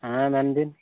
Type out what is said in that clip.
ᱦᱮᱸ ᱢᱮᱱᱵᱤᱱ